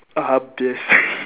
habis